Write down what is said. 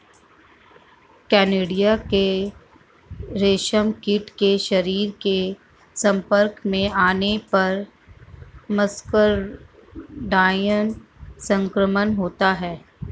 conidia के रेशमकीट के शरीर के संपर्क में आने पर मस्करडाइन संक्रमण होता है